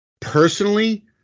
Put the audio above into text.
personally